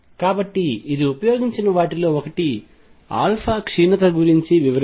కాబట్టి ఇది ఉపయోగించిన వాటిలో ఒకటి క్షీణత గురించి వివరించడం